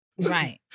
Right